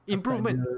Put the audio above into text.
Improvement